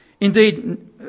Indeed